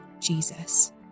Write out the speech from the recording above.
Jesus